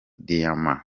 diyama